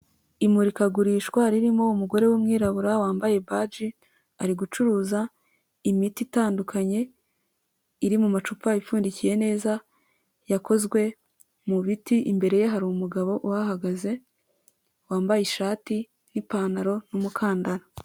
Imurikagurishwa ririmo umugore w'umwirabura wambaye ibaji, ari gucuruza imiti itandukanye iri mu macupa ipfundikiye neza yakozwe mu biti, imbere ye hari umugabo uhahagaze wambaye ishati n'ipantaro n'umukandara.